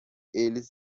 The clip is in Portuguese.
eles